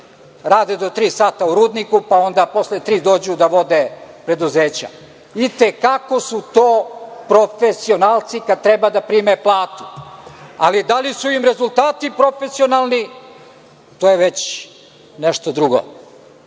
rade do tri sata u rudniku, pa onda posle tri dođu da vode preduzeća. I te kako su to profesionalci kada treba da prime platu. Ali, da li su im rezultati profesionalni, to je već nešto drugo. Tu